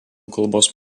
kalbos